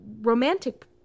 romantic